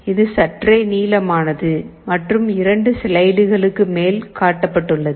இது சற்றே நீளமானது மற்றும் 2 ஸ்லைடுகளுக்கு மேல் காட்டப்பட்டுள்ளது